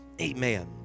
amen